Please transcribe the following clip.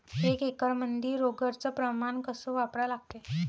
एक एकरमंदी रोगर च प्रमान कस वापरा लागते?